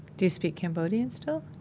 do you speak cambodian still?